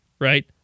right